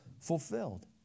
fulfilled